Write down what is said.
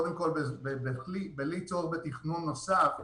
בלי צורך בתכנון נוסף,